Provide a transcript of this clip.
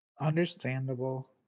Understandable